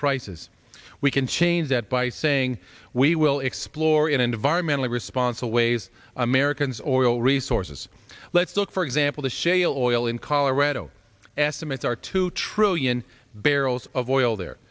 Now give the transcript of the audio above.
prices we can change that by saying we will explore in environmentally responsible ways americans oil resources let's look for example the shale oil in colorado estimates are two trillion barrels of oil there